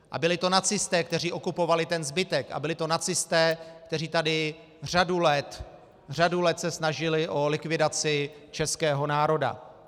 A byli to nacisté, kteří okupovali ten zbytek, a byli to nacisté, kteří tady řadu let, řadu let se snažili o likvidaci českého národa.